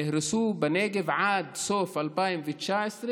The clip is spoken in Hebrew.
נהרסו בנגב, עד סוף 2019,